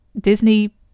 Disney